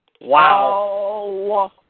Wow